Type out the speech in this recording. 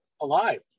alive